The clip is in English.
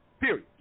Period